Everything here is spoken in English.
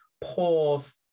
pause